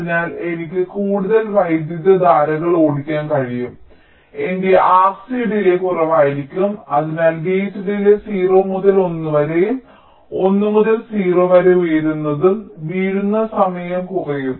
അതിനാൽ എനിക്ക് കൂടുതൽ വൈദ്യുതധാരകൾ ഓടിക്കാൻ കഴിയും അതിനാൽ എന്റെ RC ഡിലേയ് കുറവായിരിക്കും അതിനാൽ ഗേറ്റ് ഡിലേയ് 0 മുതൽ 1 വരെ 1 മുതൽ 0 വരെ ഉയരുന്നതും വീഴുന്ന സമയവും കുറയും